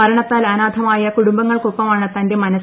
മരണത്താൽ അനാഥമായ കുടുംബങ്ങൾക്കൊപ്പമാണ് എന്റെ മനസ്